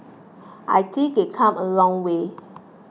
I think they've come a long way